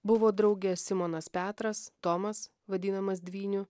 buvo drauge simonas petras tomas vadinamas dvyniu